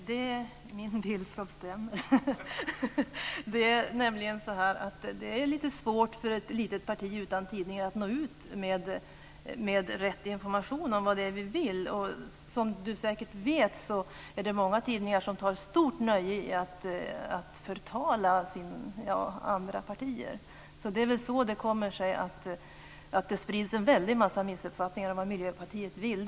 Herr talman! Det är min bild som stämmer. Det är nämligen så att det är svårt för ett litet parti utan tidningar att nå ut med rätt information om vad det är vi vill. Som Ola Sundell säkert vet är det många tidningar som tar stort nöje i att förtala andra partier. Det är väl så det kommer sig att det sprids en väldig massa missuppfattningar om vad Miljöpartiet vill.